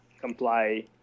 comply